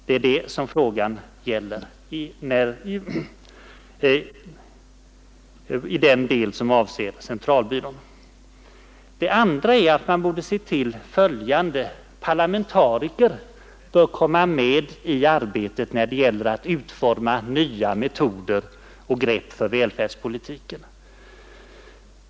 Det är detta frågan gäller i den del som avser centralbyrån. Det andra man borde se till är att politiker kommer med i arbetet när det gäller att utforma nya metoder och grepp för välfärdspolitiken.